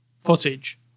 footage